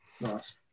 nice